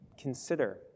consider